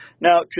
Now